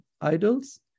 idols